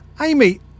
Amy